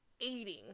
aiding